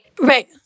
Right